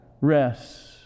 rest